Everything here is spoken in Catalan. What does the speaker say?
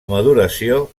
maduració